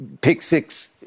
pick-six